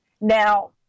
Now